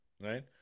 right